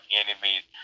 enemies